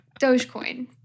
Dogecoin